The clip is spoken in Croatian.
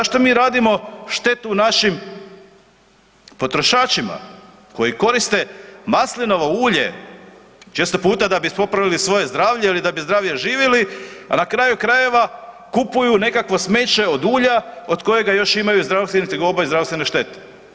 Zašto mi radimo štetu našim potrošačima koji koriste maslinovo ulje često puta da bi popravili svoje zdravlje ili da bi zdravije živjeli a na kraju krajeva, kupuju nekakvo smeće od ulja od kojega još imaju zdravstvenih tegoba i zdravstvene štete?